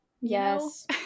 Yes